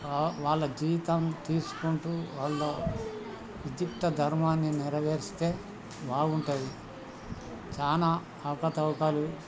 వాళ్ళ జీతం తీసుకుంటూ వాళ్ళ వృత్తి ధర్మాన్ని నెరవేరిస్తే బాగుంటుంది చాలా అవకతవకలు